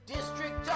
District